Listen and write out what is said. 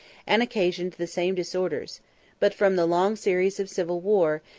and occasioned the same disorders but, from the long series of civil war,